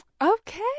Okay